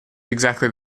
exactly